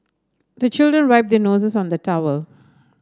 the children wipe their noses on the towel